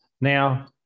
Now